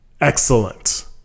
Excellent